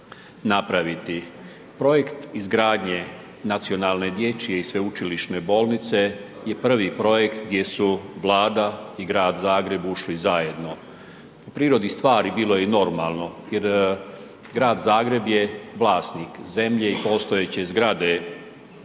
napraviti. Projekt izgradnje nacionalne dječje i sveučilišne bolnice je prvi projekt gdje su Vlada i Grad Zagreb ušli zajedno. Po prirodi stvari bilo je i normalno jer Grad Zagreb je vlasnik zemlje i postojeće zgrade